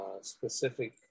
specific